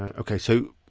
and okay so,